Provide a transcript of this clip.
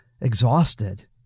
exhausted